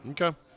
Okay